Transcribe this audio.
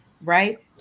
right